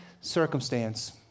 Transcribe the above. circumstance